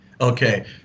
okay